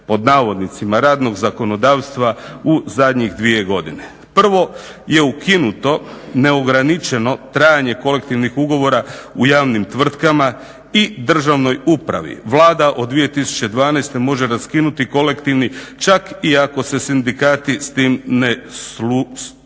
pod navodnicima radnog zakonodavstva u zadnjih dvije godine. Prvo je ukinuto neograničeno trajanje kolektivnih ugovora u javnim tvrtkama i državnoj upravi. Vlada od 2012. može raskinuti kolektivni čak i ako se sindikati s tim ne slažu